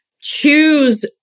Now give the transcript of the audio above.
Choose